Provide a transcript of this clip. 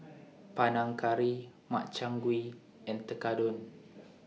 Panang Curry Makchang Gui and Tekkadon